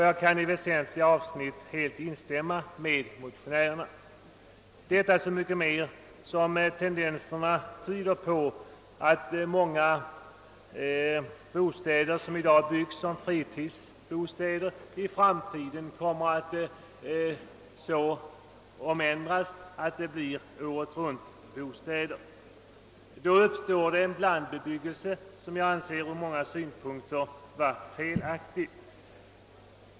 Jag kan i väsentliga avsnitt helt instämma med dem, detta så mycket mera som tendensen tyder på att många bostäder som i dag byggs som fritidsbostäder i framtiden kommer att omändras så att de blir åretruntbostäder. Därigenom uppstår en blandbebyggelse, som ur många synpunkter kan betecknas som felaktig.